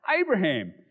Abraham